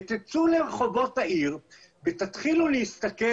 צאו לרחובות העיר ותתחילו להסתכל